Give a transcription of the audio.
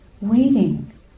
waiting